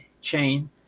chain